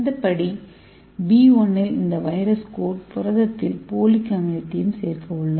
இந்த படி B1 இல் இந்த வைரஸ் கோட் புரதத்தில் ஃபோலிக் அமிலத்தையும் சேர்க்க உள்ளோம்